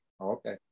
Okay